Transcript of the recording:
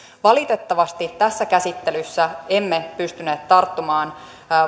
valitettavasti tässä käsittelyssä emme pystyneet tarttumaan